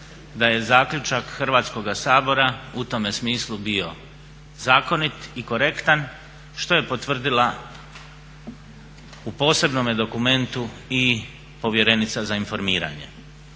da je zaključak Hrvatskoga sabora u tome smislu bio zakonit i korektan što je potvrdila u posebnome dokumentu i povjerenica za informiranje.